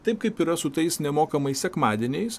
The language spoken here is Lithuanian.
taip kaip yra su tais nemokamais sekmadieniais